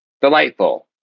delightful